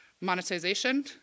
monetization